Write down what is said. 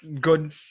good